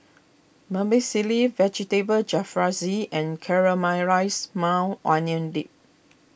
Vermicelli Vegetable Jalfrezi and Caramelized Maui Onion Dip